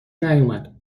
نیومد